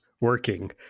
working